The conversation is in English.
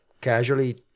casually